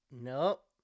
nope